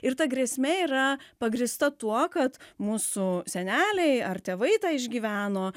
ir ta grėsme yra pagrįsta tuo kad mūsų seneliai ar tėvai tą išgyveno